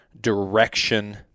direction